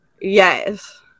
Yes